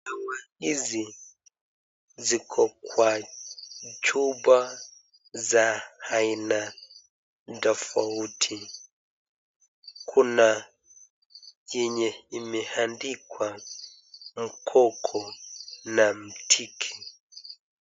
Dawa hizi ziko kwa chupa za aina tofauti kuna yenye imeandikwa 'MKOKO' na 'MTIKI'.